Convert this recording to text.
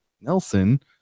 Nelson